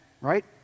right